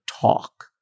talk